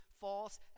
false